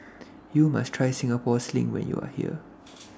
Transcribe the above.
YOU must Try Singapore Sling when YOU Are here